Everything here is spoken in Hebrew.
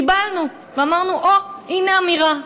קיבלנו, ואמרנו: אוה, הינה אמירה.